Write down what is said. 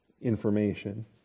information